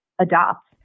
adopt